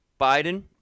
Biden